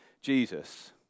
Jesus